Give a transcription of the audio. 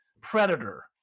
Predator